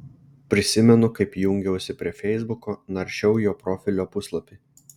prisimenu kaip jungiausi prie feisbuko naršiau jo profilio puslapį